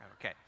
Okay